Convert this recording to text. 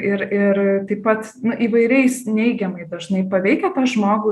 ir ir taip pat įvairiais neigiamai dažnai paveikia tą žmogų